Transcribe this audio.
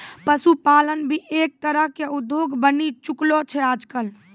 पशुपालन भी एक तरह के उद्योग बनी चुकलो छै आजकल